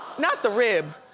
not the rib.